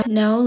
no